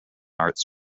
arts